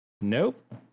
Nope